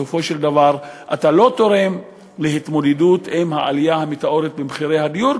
בסופו של דבר אתה לא תורם להתמודדות עם העלייה המטאורית של מחירי הדיור,